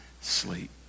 sleep